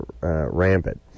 rampant